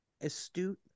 Astute